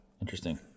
Interesting